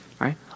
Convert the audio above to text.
right